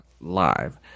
live